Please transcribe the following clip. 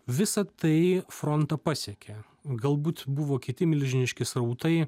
visa tai frontą pasiekė galbūt buvo kiti milžiniški srautai